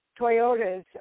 Toyotas